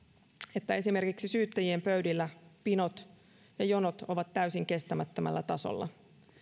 että esimerkiksi syyttäjien pöydillä pinot ja jonot ovat täysin kestämättömällä tasolla